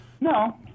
No